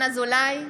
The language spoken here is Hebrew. ינון אזולאי,